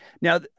Now